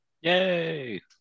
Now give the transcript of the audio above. yay